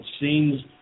scenes